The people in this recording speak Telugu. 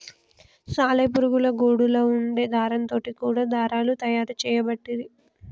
సాలె పురుగుల గూడులా వుండే దారం తోటి కూడా దారాలు తయారు చేయబట్టిరి